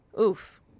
Oof